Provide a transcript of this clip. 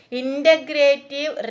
integrative